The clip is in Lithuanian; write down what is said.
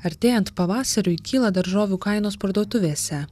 artėjant pavasariui kyla daržovių kainos parduotuvėse